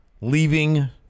leaving